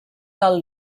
del